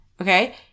okay